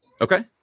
okay